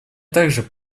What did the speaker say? также